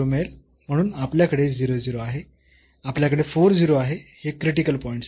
म्हणून आपल्याकडे आहे आपल्याकडे 40 आहे हे क्रिटिकल पॉईंट्स आहेत